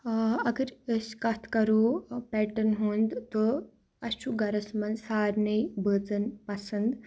اگر أسۍ کَتھ کَرو پیٚٹَن ہُنٛد تہٕ اَسہِ چھُ گَرَس منٛز سارنٕے بٲژَن پَسنٛد